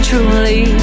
Truly